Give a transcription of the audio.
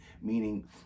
meaning